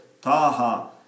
Taha